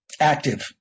active